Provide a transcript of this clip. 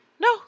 No